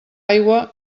aigua